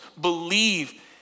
believe